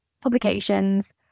publications